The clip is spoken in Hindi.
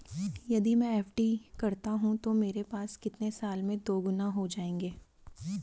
यदि मैं एफ.डी करता हूँ तो मेरे पैसे कितने साल में दोगुना हो जाएँगे?